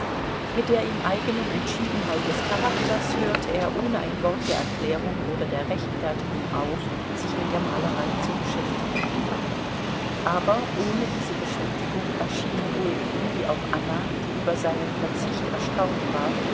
mit der ihm eigenen entschiedenheit des charakters hörte er ohne ein wort der erklärung oder der rechtfertigung auf sich mit der malerei zu beschäftigen aber ohne diese beschäftigung erschien sowohl ihm wie auch anna die über seinen verzicht erstaunt war